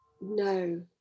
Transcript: No